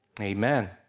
Amen